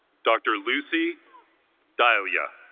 dr. lucy dahlia